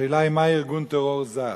השאלה היא מה הוא ארגון טרור זר,